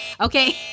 Okay